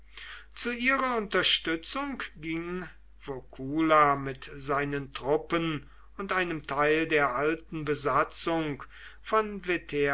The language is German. zu ihrer unterstützung ging vocula mit seinen truppen und einem teil der alten besatzung von